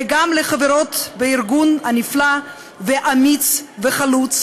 וגם לחברות בארגון הנפלא והאמיץ והחלוץ